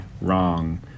wrong